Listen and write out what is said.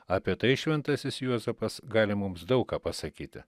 apie tai šventasis juozapas gali mums daug ką pasakyti